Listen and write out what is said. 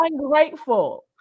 ungrateful